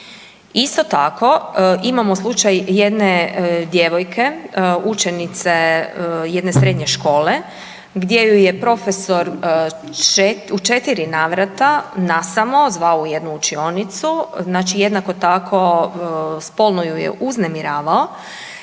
Isto tako imamo slučaj jedne djevojke, učenice jedne srednje škole, gdje ju je profesor u 4 navrata nasamo zvao u jednu učionicu, znači jednako tako spolno ju je uznemiravao